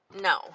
no